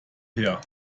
her